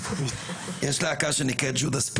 יש להקה שנקראת juda's priest,